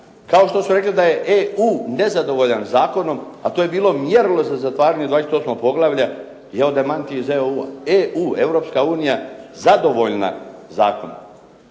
Kao što su rekli da je EU nezadovoljan zakonom, a to je bilo mjerilo za zatvaranje 28. poglavlja, jer je demant je iz EU-a. Europska unija zadovoljna zakonom.